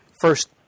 first